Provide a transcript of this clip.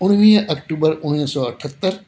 उणिवीह अक्टूबर उणिवीह सौ अठहतरि